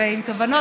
ועם תובנות.